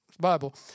Bible